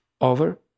over